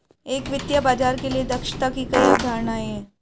एक वित्तीय बाजार के लिए दक्षता की कई अवधारणाएं हैं